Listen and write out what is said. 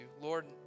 Lord